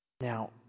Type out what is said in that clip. Now